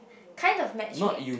kind of match make